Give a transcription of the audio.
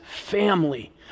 family